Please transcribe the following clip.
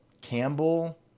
Campbell